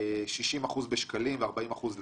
60% בשקלים ו-40% לחו"ל.